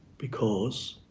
because